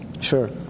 Sure